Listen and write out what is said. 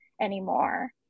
Anymore